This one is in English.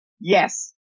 yes